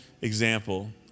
example